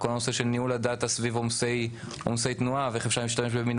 כל הנושא של ניהול הדאטה סביב עומסי תנועה ואיך אפשר להשתמש בבינה